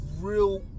real